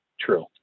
true